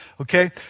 Okay